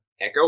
echo